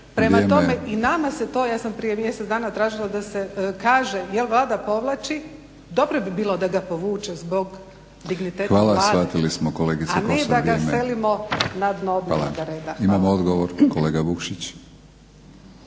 Prema tome i nama se to, ja sam prije mjesec dana tražila da se kaže jel' Vlada povlači, dobro bi bilo da ga povuče zbog digniteta Vlade, a ne da ga selimo na dno dnevnoga reda. **Batinić, Milorad